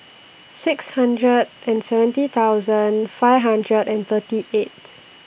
six hundred and seventy thousand five hundred and thirty eight